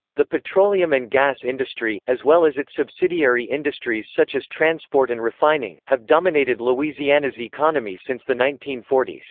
the petroleum and gas industry, as well as its subsidiary industries such as transport and refining, have dominated louisiana's economy since the nineteen forty s.